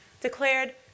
declared